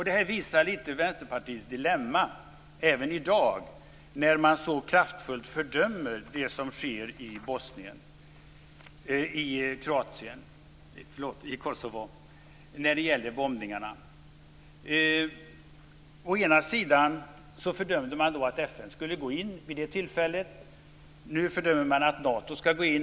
Det visar på Vänsterpartiets dilemma även i dag, när man så kraftfullt fördömer bombningarna i Kosovo. Då fördömde man att FN skulle gå in vid det tillfället. Nu fördömer man att Nato skall gå in.